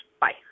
Bye